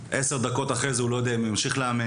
עשר דקות אחרי זה הוא לא יודע אם הוא ימשיך לאמן.